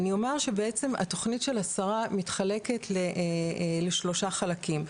אני אומר שהתוכנית של השרה מתחלקת לשלושה חלקים.